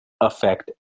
affect